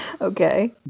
Okay